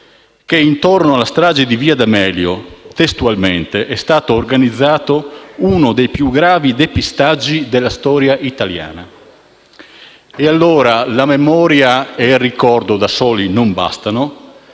che, intorno alla strage di via D'Amelio - così si legge - è stato organizzato uno dei più gravi depistaggi della storia italiana. Ecco che, allora, la memoria e il ricordo da soli non bastano;